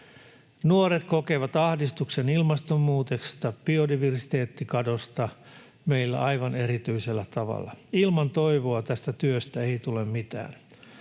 Nuoret kokevat ahdistuksen ilmastonmuutoksesta ja biodiversiteettikadosta meillä aivan erityisellä tavalla. Ilman toivoa tästä työstä ei tule mitään.